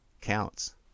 counts